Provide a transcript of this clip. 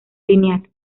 lineal